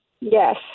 Yes